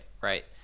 right